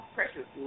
Precious